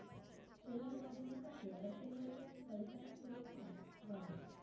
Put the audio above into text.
चलनवाढीना साठे अर्थव्यवस्थातील पैसा ना पुरवठा वाढस